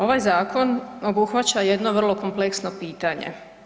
Ovaj zakon obuhvaća jedno vrlo kompleksno pitanje.